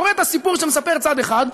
קורא את הסיפור שמספר צד אחד,